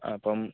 ആ അപ്പം